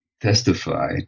testify